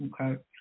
Okay